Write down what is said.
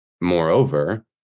moreover